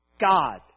God